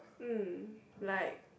mm like